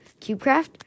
Cubecraft